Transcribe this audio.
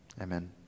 Amen